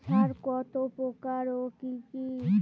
সার কত প্রকার ও কি কি?